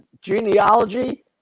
genealogy